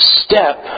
step